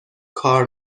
کار